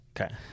Okay